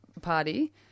Party